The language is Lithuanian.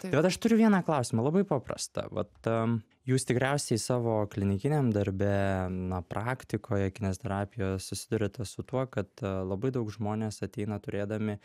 tai vat aš turiu vieną klausimą labai paprastą vat jūs tikriausiai savo klinikiniam darbe na praktikoje kineziterapijos susiduriate su tuo kad labai daug žmonės ateina turėdami